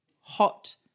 hot